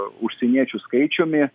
užsieniečių skaičiumi